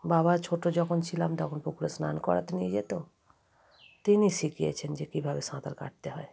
বাবা ছোট যখন ছিলাম তখন পুকুরে স্নান করাতে নিয়ে যেত তিনি শিখিয়েছেন যে কীভাবে সাঁতার কাটতে হয়